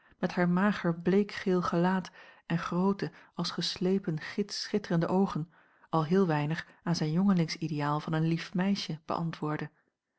met haar mager bleekgeel gelaat en groote als geslepen git schitterende oogen al heel weinig aan zijn jongelingsideaal van een lief meisje beantwoordde